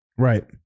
Right